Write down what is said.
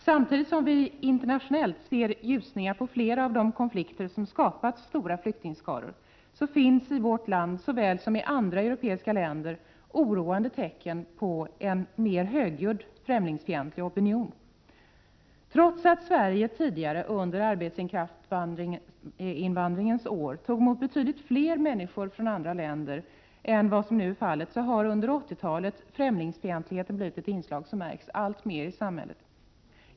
Samtidigt som vi internationellt ser ljusningar på flera av de konflikter som har skapat stora flyktingskaror, finns det i vårt land såväl som i andra europeiska länder oroande tecken på en mer högljudd främlingsfientlig opinion. Trots att Sverige tidigare under arbetskraftsinvandringens år tog emot betydligt fler människor från andra länder än vad som nu är fallet, har under 80-talet främlingsfientligheten blivit ett inslag som märks alltmer i samhället.